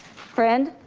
friend?